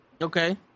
Okay